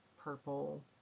purple